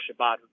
Shabbat